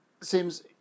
seems